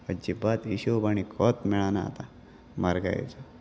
अजिबात हिशोब आनी कोत मेळना आतां मारगायेचो